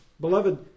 Beloved